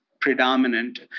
predominant